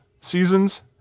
seasons